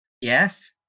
Yes